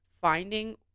finding